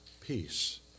peace